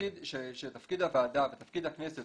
שתפקיד הוועדה ותפקיד הכנסת,